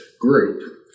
group